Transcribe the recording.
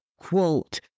quote